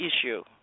issue